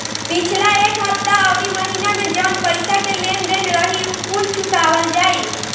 पिछला एक हफ्ता अउरी महीना में जवन पईसा के लेन देन रही उ कुल चुकावल जाई